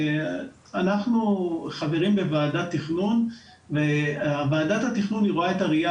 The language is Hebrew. אנחנו חברים בוועדת תכנון וועדת התכנון היא רואה את הראייה